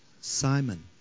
Simon